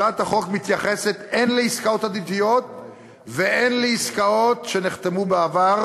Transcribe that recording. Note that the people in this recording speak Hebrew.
הצעת החוק מתייחסת הן לעסקאות עתידיות והן לעסקאות שנחתמו בעבר,